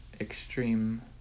extreme